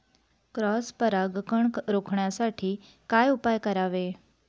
Cross परागकण रोखण्यासाठी काय उपाय करावे?